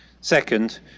second